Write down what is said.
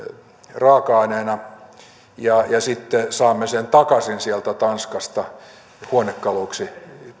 raaka aineena ja sitten saamme sen takaisin sieltä tanskasta huonekaluiksi